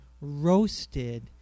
roasted